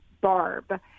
Barb